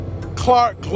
Clark